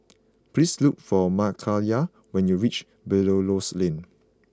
please look for Mckayla when you reach Belilios Lane